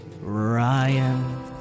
Ryan